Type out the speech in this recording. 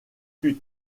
plus